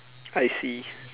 I see